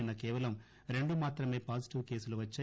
నిన్న కేవలం రెండు మాత్రమే పాజిటివ్ కేసులు వచ్చాయి